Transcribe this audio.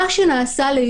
זה שני דברים שונים.